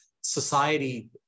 society